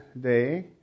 Day